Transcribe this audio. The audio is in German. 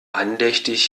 andächtig